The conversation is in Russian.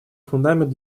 фундамент